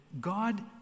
God